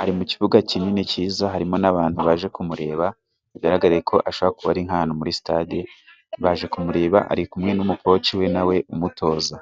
ari mukibuga kinini cyiza, harimo n'abantu baje kumureba, bigaragare ko ashaka kuba ari nk'ahantu muri stade, baje kumureba ari kumwe n'umukoci we umutoza.